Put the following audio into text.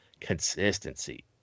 consistency